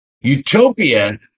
Utopia